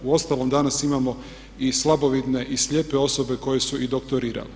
Uostalom danas imamo i slabovidne i slijepe osobe koje su i doktorirale.